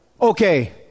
okay